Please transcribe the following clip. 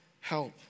help